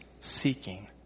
seeking